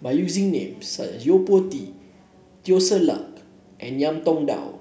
by using names such as Yo Po Tee Teo Ser Luck and Ngiam Tong Dow